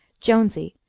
jonesy,